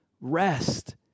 rest